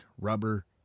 rubber